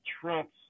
trumps